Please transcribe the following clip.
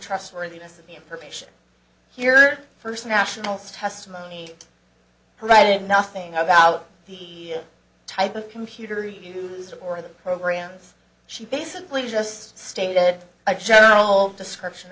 trustworthiness of the information here first nationals testimony provided nothing about the type of computer reviews or the programs she basically just stated a general description